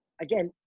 Again